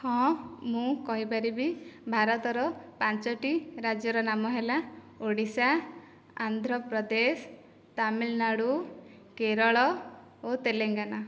ହଁ ମୁଁ କହିପାରିବି ଭାରତର ପାଞ୍ଚୋଟି ରାଜ୍ୟର ନାମ ହେଲା ଓଡ଼ିଶା ଆନ୍ଧ୍ରପ୍ରଦେଶ ତାମିଲନାଡ଼ୁ କେରଳ ଓ ତେଲେଙ୍ଗାନା